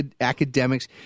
academics